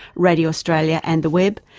radio australia and the web,